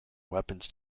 weapons